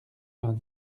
vingt